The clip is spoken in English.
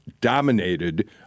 dominated